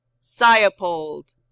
Siopold